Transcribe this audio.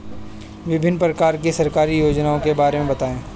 विभिन्न प्रकार की सरकारी योजनाओं के बारे में बताइए?